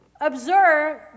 observe